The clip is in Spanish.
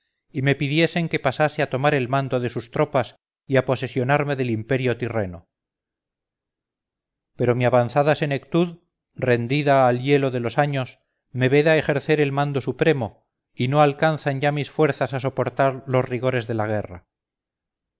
y me pidiesen que pasase a tomar el mando de sus tropas y a posesionarme del imperio tirreno pero mi avanzada senectud rendida al hielo de los años me veda ejercer el mando supremo y no alcanzan ya mis fuerzas a soportar los rigores de la guerra